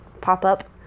pop-up